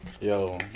yo